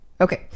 Okay